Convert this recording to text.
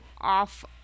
off